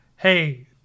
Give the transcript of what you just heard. Hey